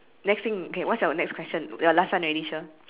next thing okay what's your next question your last one already shir